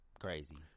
Crazy